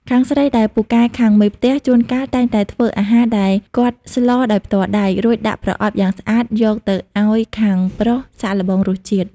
ខាងស្រីដែលពូកែខាងមេផ្ទះ ជួនកាលតែងតែធ្វើអាហារដែលគាត់ស្លរដោយផ្ទាល់ដៃ រួចដាក់ប្រអប់យ៉ាងស្អាតយកទៅឱ្យខាងប្រុសសាកល្បងរសជាតិ។